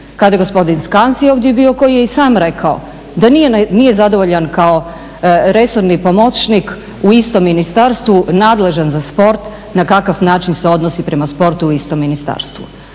kada je gospodin Skansi ovdje bio koji je i sam rekao da nije zadovoljan kao resorni pomoćnik u istom ministarstvu nadležan za sport na kakav način se odnosi prema sportu u istom ministarstvu.